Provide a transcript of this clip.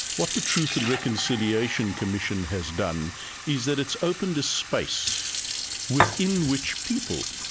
what the truth and reconciliation commission has done is that its opened a space within which people